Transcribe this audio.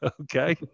Okay